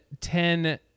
Ten